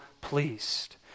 pleased